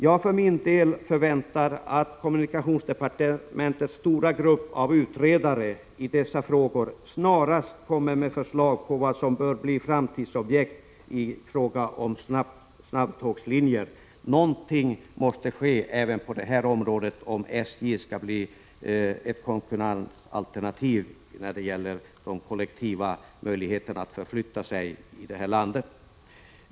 Jag förväntar mig att kommunikationsdepartementets stora grupp av utredare i dessa frågor snarast lägger fram förslag om vad som bör bli framtidsobjekt i fråga om snabbtågslinjer. Någonting måste ske även på detta område, om SJ skall bli ett konkurrensalternativ på det kollektiva resandets område i landet. Fru talman!